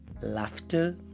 Laughter